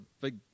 big